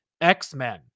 X-Men